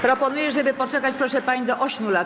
Proponuję, żeby poczekać, proszę pań, do 8 lat.